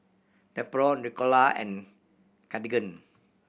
Nepro Ricola and Cartigain